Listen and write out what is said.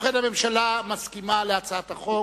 ובכן, הממשלה מסכימה להצעת החוק.